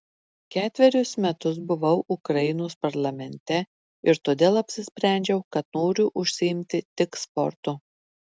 ketverius metus buvau ukrainos parlamente ir todėl apsisprendžiau kad noriu užsiimti tik sportu